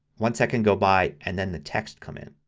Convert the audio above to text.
one second go by, and then the text comes in.